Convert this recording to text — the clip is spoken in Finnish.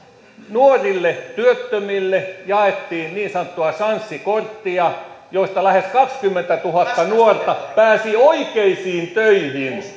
nuorille työttömille jaettiin niin sanottua sanssi korttia jolla lähes kaksikymmentätuhatta nuorta pääsi oikeisiin töihin